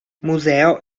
museo